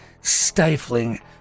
stifling